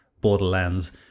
borderlands